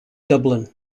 dublin